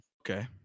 Okay